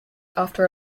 after